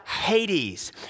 Hades